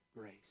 grace